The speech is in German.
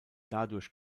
dadurch